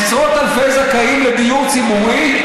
עשרות אלפי זכאים לדיור ציבורי,